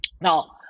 Now